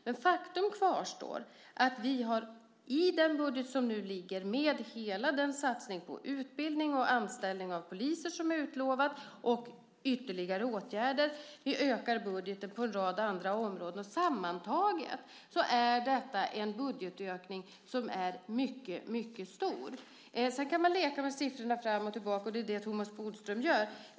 Men faktum kvarstår: I den budget som nu ligger har vi med hela den satsning på utbildning och anställning av poliser som utlovats och ytterligare åtgärder. Vi ökar budgeten på en rad andra områden. Sammantaget är detta en budgetökning som är mycket mycket stor. Sedan kan man leka med siffrorna fram och tillbaka, och det är det som Thomas Bodström gör.